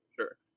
Sure